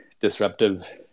disruptive